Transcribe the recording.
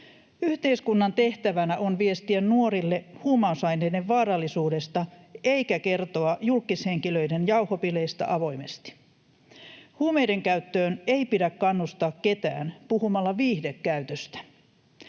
Yhteiskunnan tehtävänä on viestiä nuorille huumausaineiden vaarallisuudesta eikä kertoa julkkishenkilöiden jauhobileistä avoimesti. Huumeidenkäyttöön ei pidä kannustaa ketään puhumalla viihdekäytöstä.